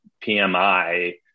PMI